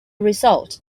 result